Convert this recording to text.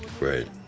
right